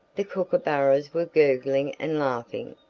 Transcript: the kookooburras were gurgling and laughing,